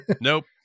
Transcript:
Nope